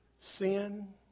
Sin